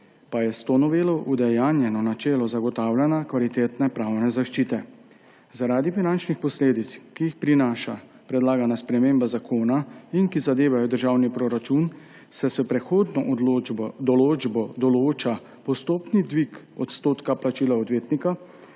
tako je s to novelo udejanjeno načelo zagotavljanja kvalitetne pravne zaščite. Zaradi finančnih posledic, ki jih prinaša predlagana sprememba zakona in ki zadevajo državni proračun, se s prehodno določbo določa postopni dvig odstotka plačila odvetnika,